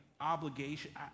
obligation